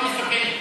חוק ומשפט נתקבלה.